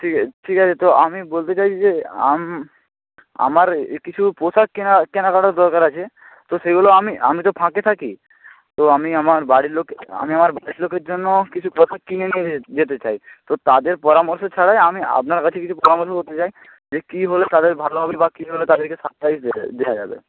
ঠিক আছে ঠিক আছে তো আমি বলতে চাইছি যে আমার এ কিছু পোশাক কেনা কেনাকাটার দরকার আছে তো সেইগুলো আমি আমি তো ফাঁকে থাকি তো আমি আমার বাড়ির লোককে আমি আমার বাড়ির লোকের জন্য কিছু পোশাক কিনে নিয়ে যেতে চাই তো তাদের পরামর্শ ছাড়াই আমি আপনার কাছে কিছু পরামর্শ করতে চাই যে কী হলে তাদের ভালো হবে বা কী হলে তাদেরকে সারপ্রাইজ দেওয়া যাবে